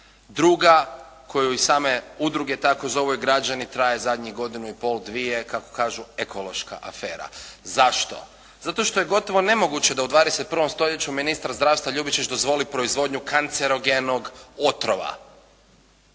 Druga koju i same udruge tako zovu i građani traje zadnjih godinu i pol, dvije kako kažu ekološka afera. Zašto? Zato što je gotovo nemoguće da u 21. stoljeću ministar zdravlja Ljubičić dozvoli proizvodnju kancerogenog otrova